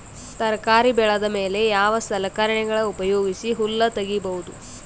ತರಕಾರಿ ಬೆಳದ ಮೇಲೆ ಯಾವ ಸಲಕರಣೆಗಳ ಉಪಯೋಗಿಸಿ ಹುಲ್ಲ ತಗಿಬಹುದು?